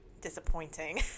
disappointing